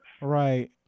Right